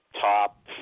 top